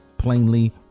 plainly